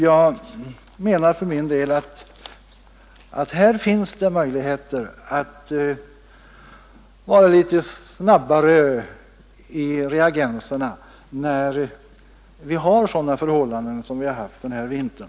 Jag menar för min del att här finns möjligheter att vara litet snabbare i reaktionerna när vi har sådana förhållanden som vi har haft den här vintern.